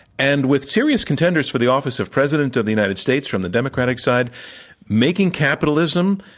and with serious contenders for the office of president of the united states from the democratic side making capitalism,